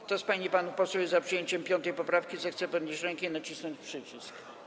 Kto z pań i panów posłów jest za przyjęciem 5. poprawki, zechce podnieść rękę i nacisnąć przycisk.